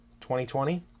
2020